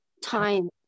time